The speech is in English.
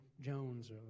Jones